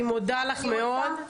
אני מודה לך מאוד.